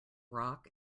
rock